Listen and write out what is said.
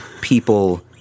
people